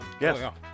Yes